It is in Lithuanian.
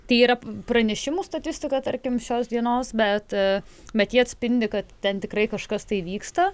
tai yra pranešimų statistika tarkim šios dienos bet bet ji atspindi kad ten tikrai kažkas tai vyksta